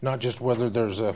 not just whether there's